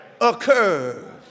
occur